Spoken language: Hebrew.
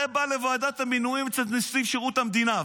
זה בא לוועדת המינויים אצל נציב שירות המדינה,